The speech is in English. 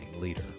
leader